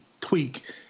tweak